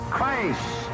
Christ